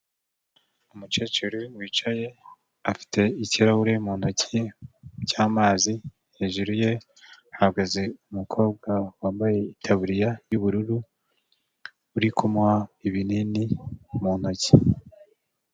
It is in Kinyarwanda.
Umukecuru wicaye, afite ikirahure mu ntoki cy'amazi, hejuru ye hahagaze umukobwa wambaye itaburiya y'ubururu uri kumuha ibinini mu ntoki.